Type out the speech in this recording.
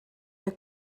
der